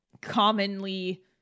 commonly